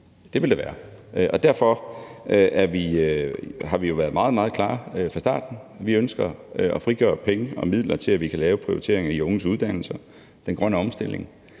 Det vil det være, og derfor har vi jo været meget, meget klare fra starten. Vi ønsker at frigøre penge og midler til, at vi kan lave prioriteringer i unges uddannelser, den grønne omstilling